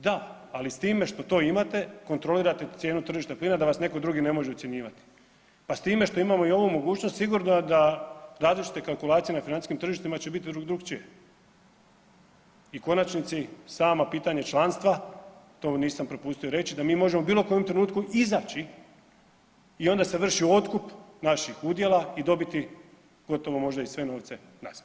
Da, ali s time što to imate kontrolirate cijenu tržišta plina da vas netko drugi ne može ucjenjivati pa s time što imamo i ovu mogućnost sigurno da različite kalkulacije na financijskim tržištima će bit drukčije i u konačnici samo pitanje članstva, to nisam propustio reći, da mi možemo u bilo kojem trenutku izaći i onda se vrši otkup naših udjela i dobiti gotovo možda i sve novce nazad.